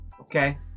okay